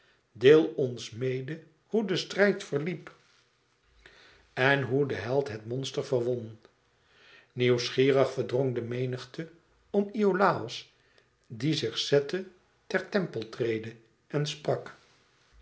deel ons mede hoe de strijd verliep en hoe de held het monster verwon nieuwsgierig verdrong de menigte om iolàos die zich zette ter tempeltrede en sprak